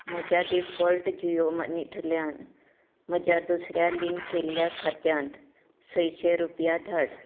म्हज्या डिफॉल्ट जियो मनीथल्यान म्हज्या दुसऱ्या लिंक केल्ल्या खात्यांत सयशे रुपया धाड